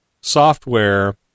software